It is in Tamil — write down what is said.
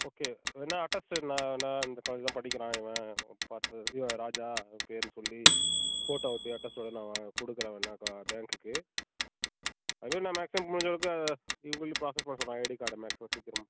ஓகே இல்லைனா அட்டாச்சி நான் நான் இந்த காலேஜ் தான் படிக்கிறான் இவன் பார்த்து ராஜா இவன் பேருன்னு சொல்லி ஃபோட்டோ ஒட்டி அட்டஸ்டடு இதெல்லாம் நான் கொடுக்குறேன் வேணால் பேங்க்குக்கு அதே நான் மேக்சிமம் முடிஞ்சளவுக்கு இவங்களையும் ப்ராசஸ் பண்ண சொல்கிறேன் ஐடி கார்டை மேக்சிமம் சீக்கிரமாக